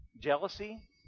Jealousy